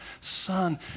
son